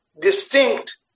distinct